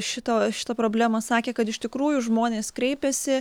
šito šitą problemą sakė kad iš tikrųjų žmonės kreipiasi